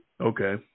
Okay